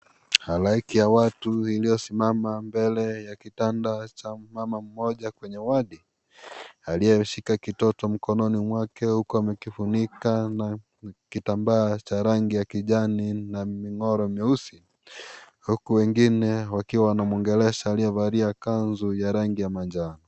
Halaiki ya watu iliyosimama mbele ya kitanda cha mmama mmoja kwenye wadi aliyeshika kitoto mkononi mwake huku akifunika na kitambaa cha rangi ya kijani na migoro mweusi huku wengine wakiwa wanamwongelesha aliyevalia kazu ya rangi ya manjano.